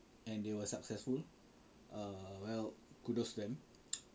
and they were successful err well kudos them